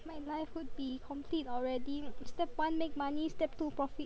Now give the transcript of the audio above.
my life would be complete already step one make money step two profit